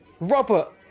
Robert